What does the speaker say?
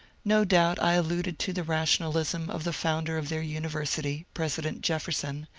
no doubt i alluded to. the rationalism of the founder of their university, president jefferson,